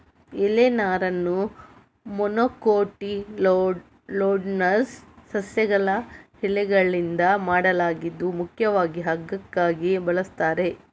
ಎಲೆ ನಾರನ್ನ ಮೊನೊಕೊಟಿಲ್ಡೋನಸ್ ಸಸ್ಯಗಳ ಎಲೆಗಳಿಂದ ಪಡೆಯಲಾಗಿದ್ದು ಮುಖ್ಯವಾಗಿ ಹಗ್ಗಕ್ಕಾಗಿ ಬಳಸ್ತಾರೆ